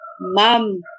mom